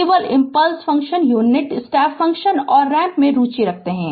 केवल impulse function unit step function और ramp में रुचि रखते हैं